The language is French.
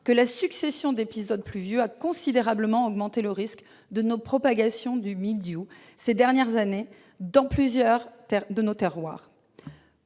que la succession d'épisodes pluvieux a considérablement augmenté le risque de propagation du mildiou ces dernières années, dans plusieurs de nos terroirs.